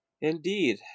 Indeed